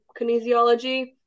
kinesiology